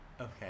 Okay